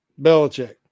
Belichick